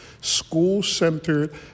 school-centered